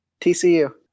TCU